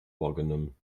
wahrgenommen